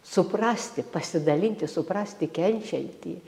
suprasti pasidalinti suprasti kenčiantį